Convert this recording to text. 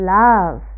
love